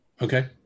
Okay